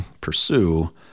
pursue